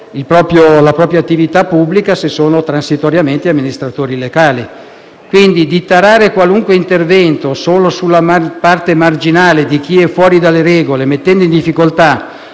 la propria attività pubblica (se sono transitoriamente amministratori locali). Quindi non è corretto tarare qualunque intervento solo sulla parte marginale di chi è fuori dalle regole, mettendo in difficoltà